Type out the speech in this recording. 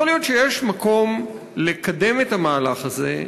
יכול להיות שיש מקום לקדם את המהלך הזה,